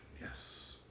yes